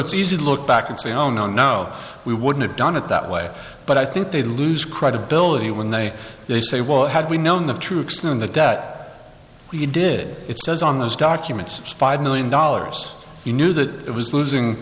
it's easy to look back and say oh no no we wouldn't have done it that way but i think they lose credibility when they they say well had we known the true extend the debt we did it says on those documents five million dollars you knew that it was losing